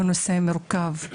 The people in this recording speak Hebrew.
הוא נושא מורכב.